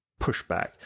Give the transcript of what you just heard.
pushback